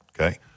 Okay